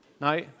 No